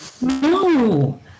No